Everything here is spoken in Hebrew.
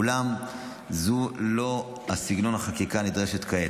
אולם זה לא סגנון החקיקה הנדרשת כעת.